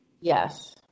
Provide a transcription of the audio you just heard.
Yes